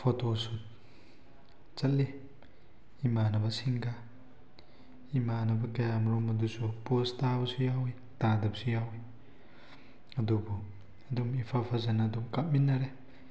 photo shoot ꯆꯠꯂꯤ ꯏꯃꯥꯟꯅꯕ ꯁꯤꯡꯒ ꯏꯃꯥꯟꯅꯕ ꯀꯌꯥ ꯃꯔꯨꯝ ꯑꯗꯨꯁꯨ ꯄꯣꯁ ꯇꯥꯕꯁꯨ ꯌꯥꯎꯏ ꯇꯥꯗꯕꯁꯨ ꯌꯥꯎꯏ ꯑꯗꯨꯕꯨ ꯑꯗꯨꯝ ꯏꯐ ꯐꯖꯅ ꯅ ꯑꯗꯨꯝ ꯀꯥꯞꯃꯤꯟꯅꯔꯦ